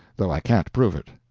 though i can't prove it.